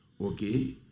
okay